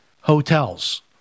hotels